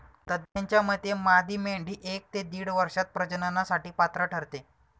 तज्ज्ञांच्या मते मादी मेंढी एक ते दीड वर्षात प्रजननासाठी पात्र ठरते